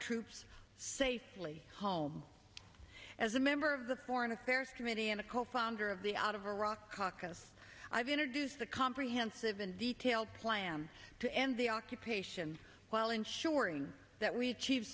troops safely home as a member of the foreign affairs committee and a co founder of the out of iraq caucus i've introduced a comprehensive and detailed plan to end the occupation while ensuring that we achieve